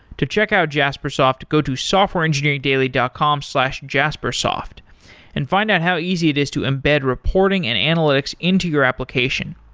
to check out jaspersoft, go to softwareengineering daily dot com slash jaspersoft and find out how easy it is to embed reporting and analytics into your application.